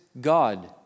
God